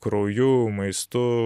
krauju maistu